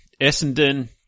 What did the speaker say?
Essendon